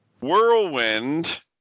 Whirlwind